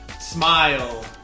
smile